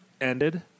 ended